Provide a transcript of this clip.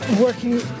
working